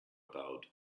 about